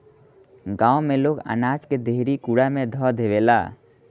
गांव में लोग अनाज के देहरी कुंडा में ध देवेला